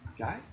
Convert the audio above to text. Okay